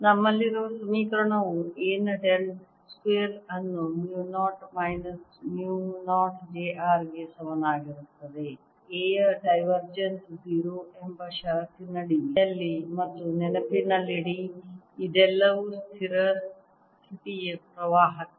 ನಮ್ಮಲ್ಲಿರುವ ಸಮೀಕರಣವು A ನ ಡೆಲ್ ಸ್ಕ್ವೇರ್ ಅನ್ನು mu 0 minus mu 0 j r ಗೆ ಸಮನಾಗಿರುತ್ತದೆ A ಯ ಡೈವರ್ಜೆನ್ಸ್ 0 ಎಂಬ ಷರತ್ತಿನಡಿಯಲ್ಲಿ ಮತ್ತು ನೆನಪಿನಲ್ಲಿಡಿ ಇದೆಲ್ಲವೂ ಸ್ಥಿರ ಸ್ಥಿತಿಯ ಪ್ರವಾಹಕ್ಕೆ